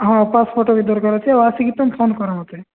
ହଁ pass photo ବି ଦରକାର ଅଛି ଆଉ ଆସିକି ତୁମେ ଫୋନ୍ କର ମୋତେ